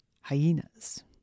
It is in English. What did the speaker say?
hyenas